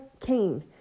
came